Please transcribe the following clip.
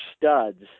studs